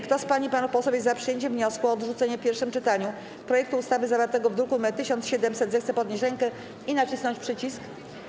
Kto z pań i panów posłów jest za przyjęciem wniosku o odrzucenie w pierwszym czytaniu projektu ustawy zawartego w druku nr 1700, zechce podnieść rękę i nacisnąć przycisk.